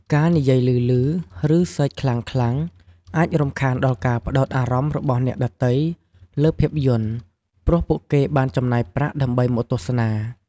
ការនិយាយឮៗ ឬសើចខ្លាំងៗអាចរំខានដល់ការផ្តោតអារម្មណ៍របស់អ្នកដទៃលើភាពយន្ត ព្រោះពួកគេបានចំណាយប្រាក់ដើម្បីមកទស្សនា។